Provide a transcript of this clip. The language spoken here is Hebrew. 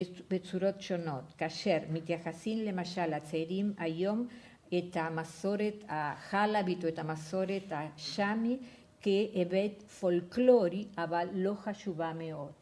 בצורות שונות כאשר מתייחסים למשל הצעירים היום את המסורת החלבית או את המסורת השמי כהיבט פולקלורי אבל לא חשובה מאוד